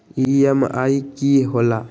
EMI की होला?